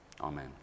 Amen